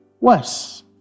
worse